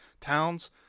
towns